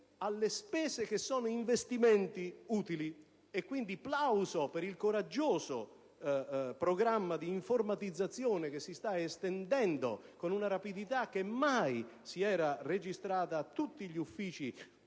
alle spese che sono investimenti utili: plaudo al coraggioso programma di informatizzazione che si sta estendendo, con una rapidità mai registrata, a tutti gli uffici